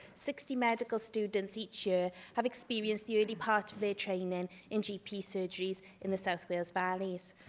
sixty medical students each year have experienced the early part of their training in gp surgeries in the south wales valleys.